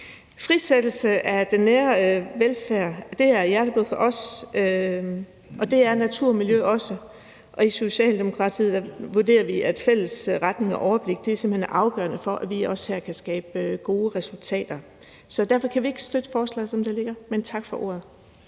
Frisættelse af den nære velfærd er hjerteblod for os, og det er natur og miljø også. I Socialdemokratiet vurderer vi, at en fælles retning og overblik simpelt hen er afgørende for, at vi også her kan skabe gode resultater. Så derfor kan vi ikke støtte forslaget, som det ligger, men tak for ordet.